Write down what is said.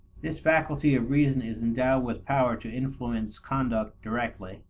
this faculty of reason is endowed with power to influence conduct directly.